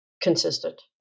consistent